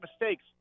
mistakes